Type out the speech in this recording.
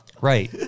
Right